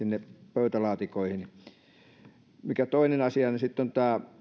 pöytälaatikoihin sitten toinen asia on